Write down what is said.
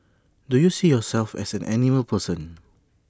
do you see yourself as an animal person